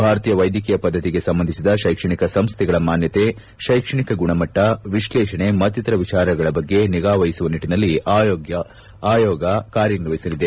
ಭಾರತೀಯ ವೈದ್ಯಕೀಯ ಪದ್ಯತಿಗೆ ಸಂಬಂಧಿಸಿದ ಶೈಕ್ಷಣಿಕ ಸಂಸ್ಥೆಗಳ ಮಾನ್ಲತೆ ಶ್ಲೆಕ್ಷಣಿಕ ಗುಣಮಟ್ಟ ವಿಶ್ಲೇಷಣೆ ಮತ್ತಿತರ ವಿಚಾರಗಳ ಬಗ್ಗೆ ನಿಗಾವಹಿಸುವ ನಿಟ್ಟಿನಲ್ಲಿ ಆಯೋಗ ಕಾರ್ಯನಿರ್ವಹಿಸಲಿದೆ